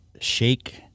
shake